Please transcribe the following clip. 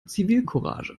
zivilcourage